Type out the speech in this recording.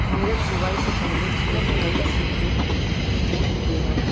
नीरज बुवाई से पहले छेनी हल से खेत खोद देना